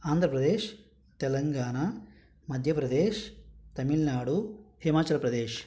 Andhra Pradesh Telangana Madhya Pradesh Tamil Nadu Himachal Pradesh